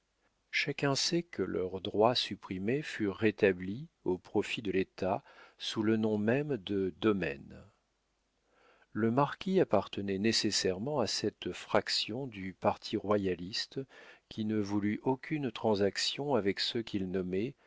chacun sait que leurs droits supprimés furent rétablis au profit de l'état sous le nom même de domaines le marquis appartenait nécessairement à cette fraction du parti royaliste qui ne voulut aucune transaction avec ceux qu'il nommait